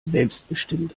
selbstbestimmt